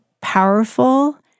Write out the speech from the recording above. powerful